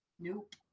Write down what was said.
Nope